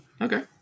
okay